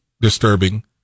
disturbing